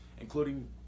including